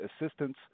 assistance